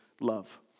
love